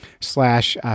slash